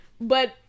but-